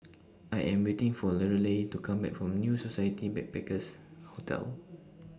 I Am waiting For Lorelei to Come Back from New Society Backpackers' Hotel